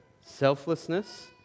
Selflessness